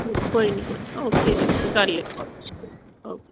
ਚਲੋ ਕੋਈ ਨਹੀਂ ਕੋਈ ਓਕੇ ਜੀ ਓਕੇ ਕਰ ਲਿਓ ਪਹੁੰਚ ਕੇ ਓਕੇ